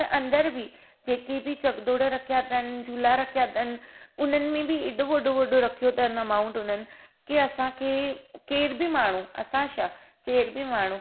त अंदर बि जेके बि चकदौड़ रखिया अथनि झूला रखिया अथनि उन्हनि में बि एॾो वॾो वॾो रखियो अथनि अमाउंट हुननि के असांखे केर बि माण्हू असां छा केर बि माण्हू